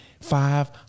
five